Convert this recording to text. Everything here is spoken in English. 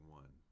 one